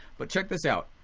but check this out.